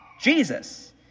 Jesus